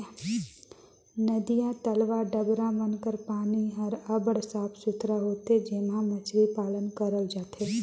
नदिया, तलवा, डबरा मन कर पानी हर अब्बड़ साफ सुथरा होथे जेम्हां मछरी पालन करल जाथे